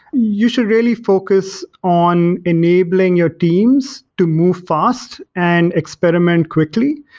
you should really focus on enabling your teams to move fast and experiment quickly.